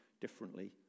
differently